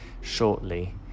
shortly